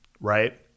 right